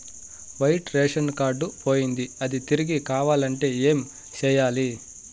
white ration card పోయింది అది తిరిగి కావాలంటే ఏం సేయాలి